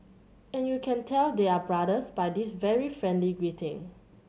and you can tell they are brothers by this very friendly greeting